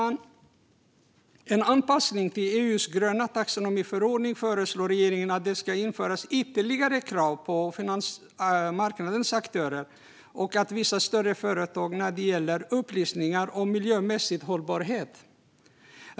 Som en anpassning till EU:s gröna taxonomiförordning föreslår regeringen att det införs ytterligare krav på finansmarknadsaktörer och vissa större företag när det gäller upplysningar om miljömässig hållbarhet.